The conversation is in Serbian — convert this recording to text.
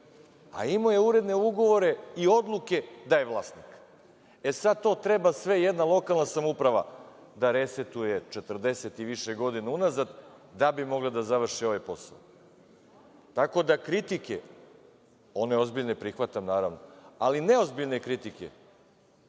a imao je uredne ugovore i odluke da je vlasnik. Sada to treba sve jedna lokalna samouprava da resetuje četrdeset i više godina unazad, da bi mogla da završi ovaj posao. Tako da kritike, one ozbiljne prihvatam naravno, ali neozbiljne kritike,